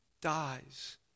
dies